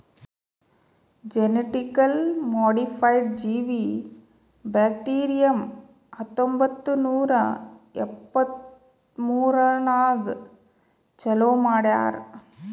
genetically modified ಜೀವಿ bacterium ಹತ್ತೊಂಬತ್ತು ನೂರಾ ಎಪ್ಪತ್ಮೂರನಾಗ್ ಚಾಲೂ ಮಾಡ್ಯಾರ್